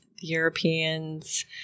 Europeans